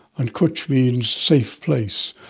and cwtch means safe place,